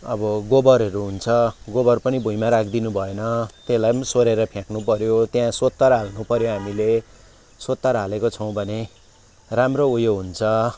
अब गोबरहरू हुन्छ गोबर पनि भुइँमा राखिदिनु भएन त्यस्लाई पनि सोरेर फ्याँक्नु पऱ्यो त्यहाँ सोत्तर हाल्नु पऱ्यो हामीले सोत्तर हालेको छौँ भने राम्रो उयो हुन्छ